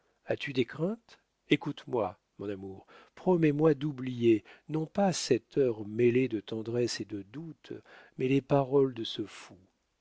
as-tu des craintes écoute-moi mon amour promets-moi d'oublier non pas cette heure mêlée de tendresse et de doutes mais les paroles de ce fou